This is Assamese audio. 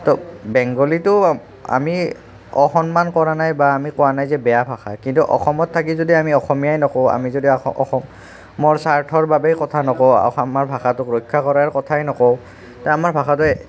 তো বেংগলীটো আমি অসন্মান কৰা নাই বা আমি কোৱা নাই যে বেয়া ভাষা কিন্তু অসমত থাকি যদি আমি অসমীয়াই নকওঁ আমি যদি অস অসমৰ স্ৱাৰ্থৰ বাবেই কথা নকওঁ অসমৰ ভাষাটোক ৰক্ষা কৰাৰ কথাই নকওঁ তে আমাৰ ভাষাটো